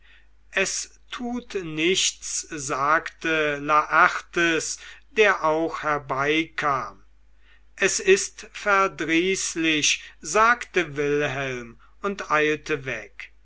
es tut nichts sagte laertes der auch herbeikam es ist verdrießlich sagte wilhelm und eilte weg